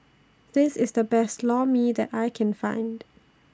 This IS The Best Lor Mee that I Can Find